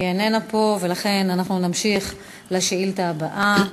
איננה פה, ולכן אנחנו נמשיך לשאילתה הבאה.